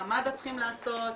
מה מד"א צריכה לעשות,